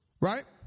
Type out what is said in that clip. Right